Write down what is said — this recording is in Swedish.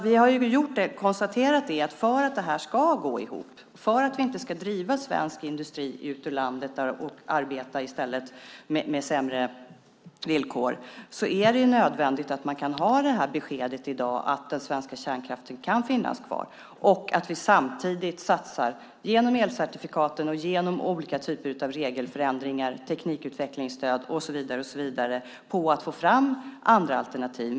Vi har konstaterat att för att det här ska gå ihop, för att vi inte ska driva svensk industri ut ur landet och i stället arbeta med sämre villkor, är det nödvändigt att ge beskedet i dag att den svenska kärnkraften kan finnas kvar och att vi samtidigt genom elcertifikaten och genom olika typer av regelförändringar, teknikutvecklingsstöd och så vidare satsar på att få fram alternativ.